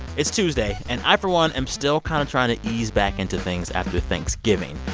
it's tuesday, and i, for one, am still kind of trying to ease back into things after thanksgiving.